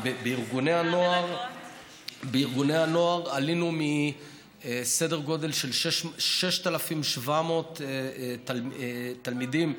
בארגוני הנוער עלינו מסדר גודל של 6,700 תלמידים,